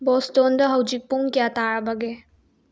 ꯕꯣꯁꯇꯣꯟꯗ ꯍꯧꯖꯤꯛ ꯄꯨꯡ ꯀꯌꯥ ꯇꯥꯔꯕꯒꯦ